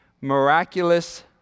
Miraculous